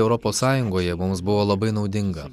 europos sąjungoje mums buvo labai naudinga